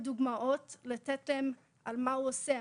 שאתן להן כמה דוגמאות על מה הוא עושה,